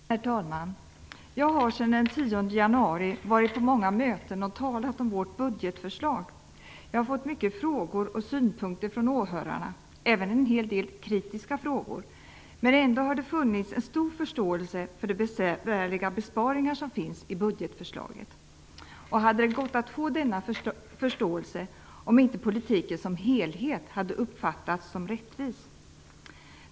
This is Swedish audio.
Herr talman! Jag har sedan den 10 januari varit på många möten och talat om vårt budgetförslag. Jag har fått många frågor och synpunkter från åhörarna - även en hel del kritiska frågor. Men det har ändå funnits en stor förståelse för de besvärliga besparingar som finns i budgetförslaget. Hade det gått att få denna förståelse om inte politiken som helhet hade uppfattats som rättvis?